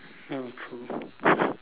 ya true